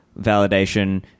validation